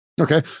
Okay